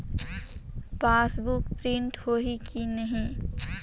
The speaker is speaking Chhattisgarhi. पासबुक प्रिंट होही कि नहीं?